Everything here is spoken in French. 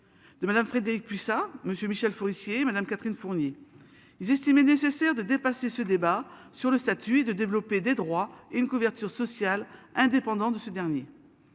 De Madame, Frédérique Puissat, monsieur Michel Forissier Madame Catherine Fournier, il a estimé nécessaire de dépasser ce débat sur le statut de développer des droits et une couverture sociale indépendante de ce dernier.